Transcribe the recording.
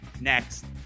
next